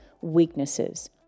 weaknesses